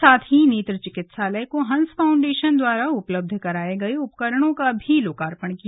साथ ही नेत्र चिकित्सालय को हंस फाउंडेशन द्वारा उपलब्ध कराए गए उपकरणों का भी लोकार्पण किया